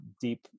deep